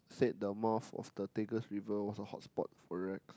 said the mouth of the Tigris river was the hot spot for